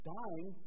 dying